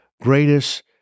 greatest